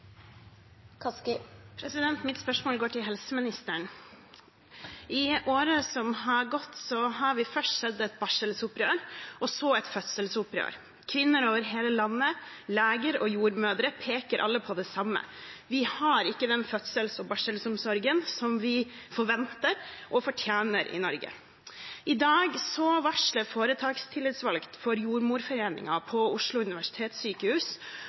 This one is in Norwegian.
Mitt spørsmål går til helseministeren. I året som har gått, har vi først sett et barselopprør og så et fødselsopprør. Kvinner over hele landet, leger og jordmødre peker alle på det samme: Vi har ikke den fødsels- og barselomsorgen som vi forventer og fortjener i Norge. I dag varsler foretakstillitsvalgt for Jordmorforeningen på Oslo universitetssykehus